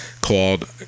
called